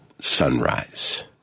Sunrise